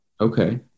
Okay